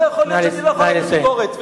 לא יכול להיות שאני לא יכול להעביר ביקורת.